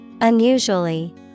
Unusually